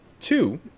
Two